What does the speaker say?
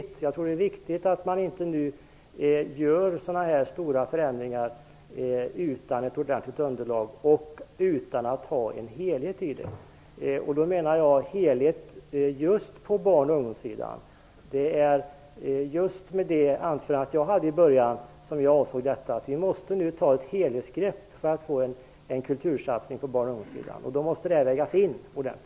Jag tror också att det är viktigt att man nu inte gör stora förändringar utan ett ordentligt underlag och utan att ha en helhet. Då menar jag en helhet just på barn och ungdomssidan. Det var det som jag avsåg i mitt första anförande. Vi måste nu ta ett helhetsgrepp för att få en kultursatsning på barn och ungdomssidan, och då måste detta vägas in ordentligt.